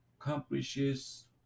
accomplishes